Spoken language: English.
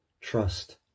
Trust